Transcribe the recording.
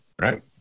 right